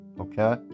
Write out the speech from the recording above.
okay